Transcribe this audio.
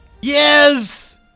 Yes